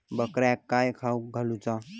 बकऱ्यांका काय खावक घालूचा?